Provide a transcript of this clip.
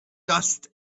dust